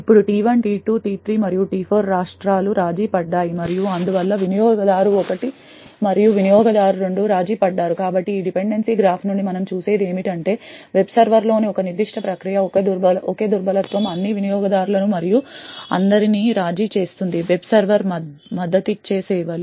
ఇప్పుడు T1 T2 T3 మరియు T4 రాష్ట్రాలు రాజీ పడ్డాయి మరియు అందువల్ల వినియోగదారు 1 మరియు వినియోగదారు 2 రాజీ పడ్డారు కాబట్టి ఈ డిపెండెన్సీ రేఖా చిత్రం నుండి మనం చూసేది ఏమిటంటే వెబ్ సర్వర్లోని ఒక నిర్దిష్ట ప్రక్రియలో ఒకే దుర్బలత్వం అన్ని వినియోగదారులను మరియు అందరినీ రాజీ చేస్తుంది వెబ్ సర్వర్ మద్దతిచ్చే సేవలు